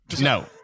No